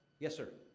yes, sir?